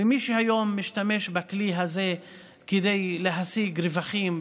ומי שהיום משתמש בכלי הזה כדי להשיג רווחים,